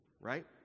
right